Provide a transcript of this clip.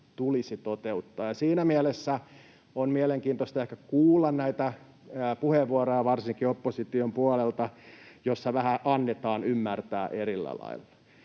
tulisi toteuttaa, ja siinä mielessä on ehkä mielenkiintoista kuulla näitä puheenvuoroja varsinkin opposition puolelta, joissa vähän annetaan ymmärtää erillä lailla.